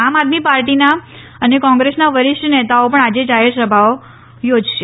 આમ આદમી પાર્ટીના અને કોંગ્રેસના વરિષ્ઠ નેતાઓ પણ આજે જાહેરસભાઓ યોજશે